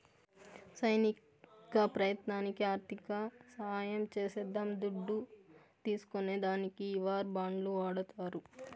సైనిక ప్రయత్నాలకి ఆర్థిక సహాయం చేసేద్దాం దుడ్డు తీస్కునే దానికి ఈ వార్ బాండ్లు వాడతారు